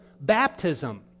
baptism